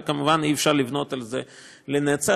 וכמובן אי-אפשר לבנות על זה לנצח,